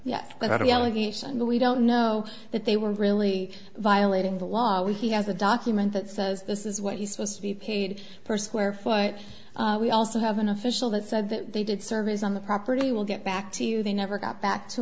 that we don't know that they were really violating the law he has a document that says this is what he's supposed to be paid per square foot we also have an official that said that they did service on the property will get back to you they never got back to